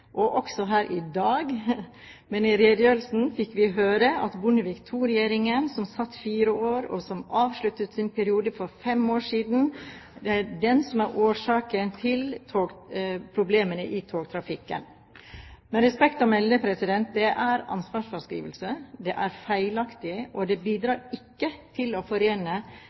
og også her i dag – fikk vi høre at det var Bondevik II-regjeringen, som satt i fire år, og som avsluttet sin periode for fem år siden, som er årsaken til problemene i togtrafikken. Med respekt å melde, det er ansvarsfraskrivelse, det er feilaktig, og det bidrar ikke til å forene